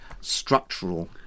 structural